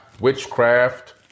witchcraft